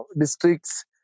districts